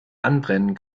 anbrennen